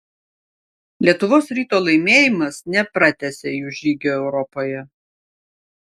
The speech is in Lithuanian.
lietuvos ryto laimėjimas nepratęsė jų žygio europoje